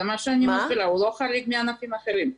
זה מה שאני מסבירה, הוא לא חריג מענפים אחרים.